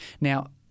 Now